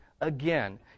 again